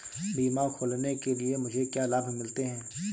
बीमा खोलने के लिए मुझे क्या लाभ मिलते हैं?